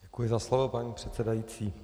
Děkuji za slovo, paní předsedající.